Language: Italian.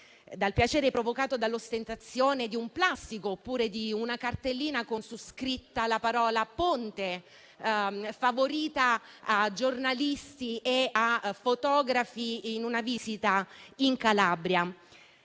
dal piacere provocato dall'ostentazione di un plastico oppure di una cartellina con su scritta la parola «Ponte», favorita a giornalisti e a fotografi nel corso di una visita in Calabria.